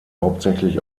hauptsächlich